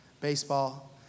baseball